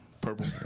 purple